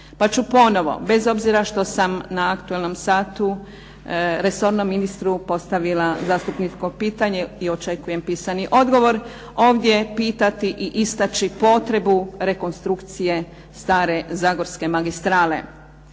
Pa ću ponovo, bez obzira što sam na aktualnom satu resornom ministru postavila zastupničko pitanje i očekujem pisani odgovor ovdje pitati i istaći potrebu rekonstrukcije stare zagorske magistrale.